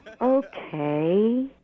Okay